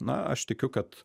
na aš tikiu kad